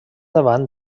davant